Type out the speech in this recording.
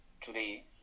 today